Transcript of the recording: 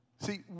See